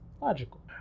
Logical